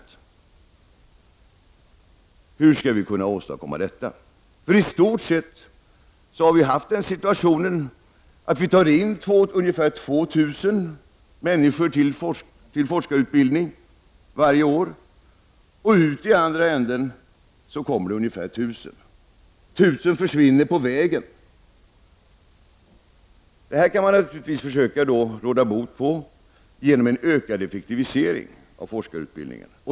Hur skall vi kunna åstadkomma detta? I stort sett har situationen varit sådan att vi tar in ungefär 2000 människor till forskarutbildning varje år och ut i andra änden kommer ungefär 1000. 1000 försvinner alltså på vägen. Det här kan man naturligtvis försöka råda bot på genom en ökad effektivi sering av forskarutbildningen.